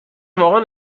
واقعا